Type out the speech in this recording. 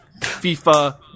FIFA